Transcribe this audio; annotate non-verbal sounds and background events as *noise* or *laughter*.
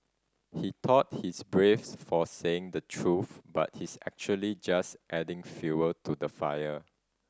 he thought he's brave *unintelligible* for saying the truth but he's actually just adding fuel to the fire